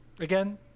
Again